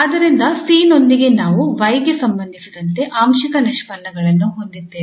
ಆದ್ದರಿಂದ 𝐶 ನೊಂದಿಗೆ ನಾವು 𝑦 ಗೆ ಸಂಬಂಧಿಸಿದಂತೆ ಆಂಶಿಕ ನಿಷ್ಪನ್ನಗಳನ್ನು ಹೊಂದಿದ್ದೇವೆ